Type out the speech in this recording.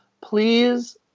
please